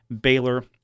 Baylor